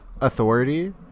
authority